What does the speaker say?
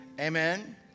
amen